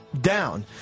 down